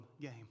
game